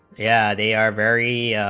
yeah they are very